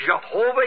Jehovah